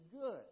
good